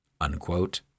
unquote